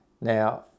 Now